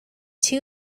two